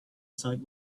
site